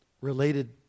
related